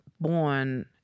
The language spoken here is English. born